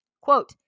Quote